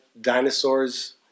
dinosaurs